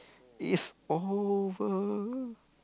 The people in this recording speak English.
it's over